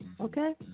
Okay